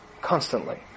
constantly